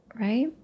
right